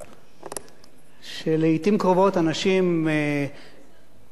שלעתים קרובות אנשים בתקשורת העמדה האישית שלהם,